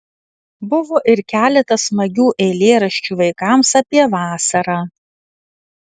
buvo ir keletas smagių eilėraščių vaikams apie vasarą